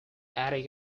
attic